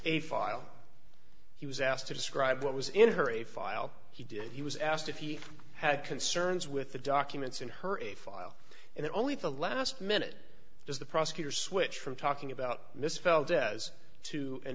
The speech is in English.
a file he was asked to describe what was in her a file he did he was asked if he had concerns with the documents in her a file and that only the last minute because the prosecutor switched from talking about misspelled dess to an